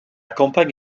campagne